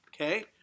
Okay